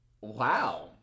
Wow